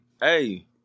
hey